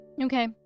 Okay